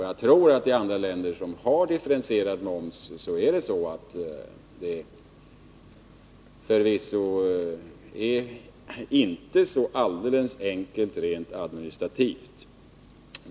Jag tror att det i andra länder med mycket differentierad moms förvisso inte är ett så alldeles enkelt förfarande rent administrativt.